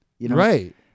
Right